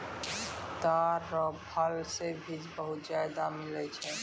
ताड़ रो फल से भी बहुत ज्यादा मिलै छै